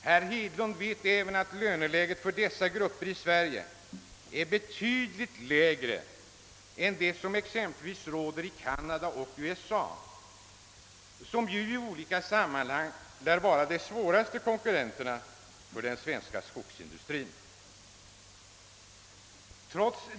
Herr Hedlund vet även att löneläget för dessa grupper i Sverige är betydligt lägre än det som råder exempelvis i Kanada och USA, som ju i olika sammanhang lär vara de svåraste konkurrenterna för den svenska skogsindustrin.